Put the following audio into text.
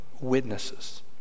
witnesses